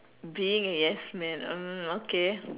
being yes man hmm okay